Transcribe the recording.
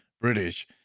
British